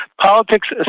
politics